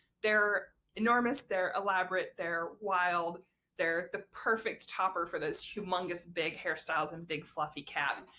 they're enormous, they're elaborate, they're wild they're the perfect topper for those humongous big hairstyles and big fluffy caps.